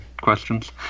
questions